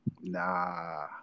nah